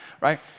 Right